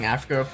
Africa